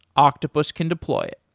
octopus can deploy it.